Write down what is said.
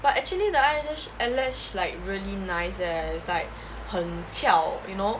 but actually the eyelash eyelash like really nice eh it's like 很翘 you know